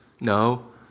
no